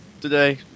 today